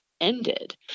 ended